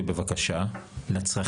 בציון מינימלי בחלקם או בחלקם בכלל בלי ציון,